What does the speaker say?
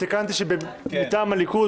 ימינה חבר אחד: נפתלי בנט,